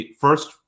first